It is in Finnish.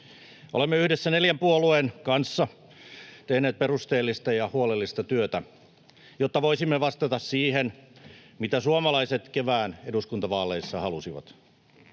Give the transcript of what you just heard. Olemme yhdessä neljän puolueen kanssa tehneet perusteellista ja huolellista työtä, jotta voisimme vastata siihen, mitä suomalaiset kevään eduskuntavaaleissa halusivat.